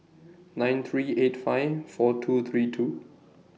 nine three eight five four two three two